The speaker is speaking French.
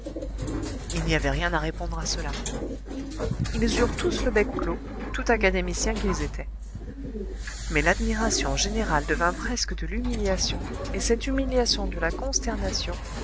il n'y avait rien à répondre à cela ils eurent tous le bec clos tout académiciens qu'ils étaient mais l'admiration générale devint presque de l'humiliation et cette humiliation de la consternation